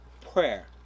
prayer